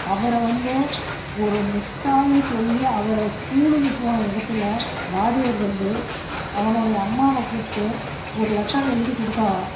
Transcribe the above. அவர வந்து ஒரு முட்டாள்ன்னு சொல்லி அவரை ஸ்கூலுக்குப் போன இடத்துல வாத்தியார் வந்து அவனோடைய அம்மாவை கூப்பிடு ஒரு லெட்டர் எழுதி கொடுத்தாராம்